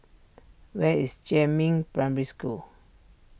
where is Jiemin Primary School